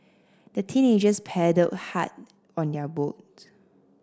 the teenagers paddled hard on their boat